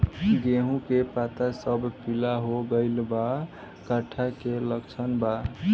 गेहूं के पता सब पीला हो गइल बा कट्ठा के लक्षण बा?